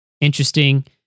interesting